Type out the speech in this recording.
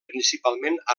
principalment